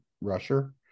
rusher